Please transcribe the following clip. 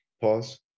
Pause